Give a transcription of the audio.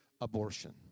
Abortion